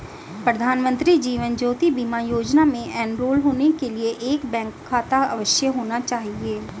प्रधानमंत्री जीवन ज्योति बीमा योजना में एनरोल होने के लिए एक बैंक खाता अवश्य होना चाहिए